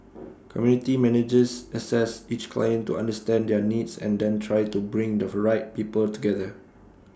community managers assess each client to understand their needs and then try to bring the right people together